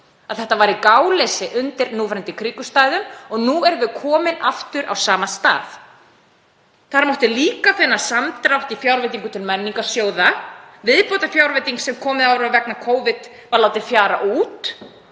að þetta væri gáleysi undir núverandi kringumstæðum. Nú erum við komin aftur á sama stað. Þar mátti líka finna samdrátt í fjárveitingum til menningarsjóða, viðbótarfjárveiting sem komið var á vegna Covid var látin fjara út